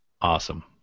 Awesome